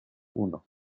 uno